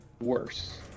Worse